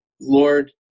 Lord